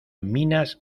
minas